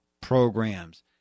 programs